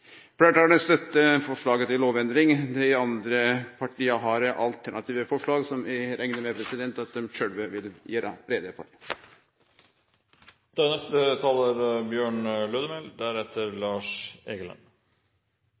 støtter forslaget til lovendring. Dei andre partia har alternative forslag som eg reknar med at dei sjølve vil